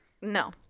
No